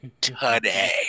today